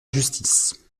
injustice